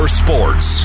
sports